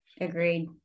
Agreed